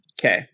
Okay